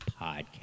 podcast